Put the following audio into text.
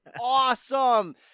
awesome